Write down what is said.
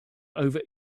over